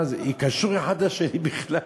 מה, זה קשור אחד לשני בכלל?